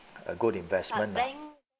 a good investment